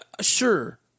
sure